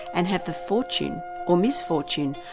and have the fortune or misfortune,